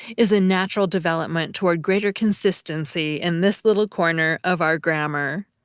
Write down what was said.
is a natural development toward greater consistency in this little corner of our grammar.